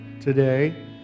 today